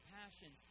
passion